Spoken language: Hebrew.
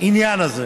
לעניין הזה.